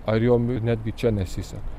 ar jom netgi čia nesiseka